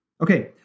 okay